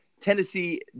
Tennessee